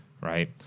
right